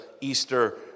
Easter